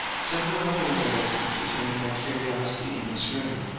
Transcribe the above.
several other rarities detained my curiosity in this room,